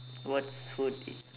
what's food in